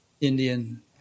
Indian